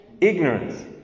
ignorance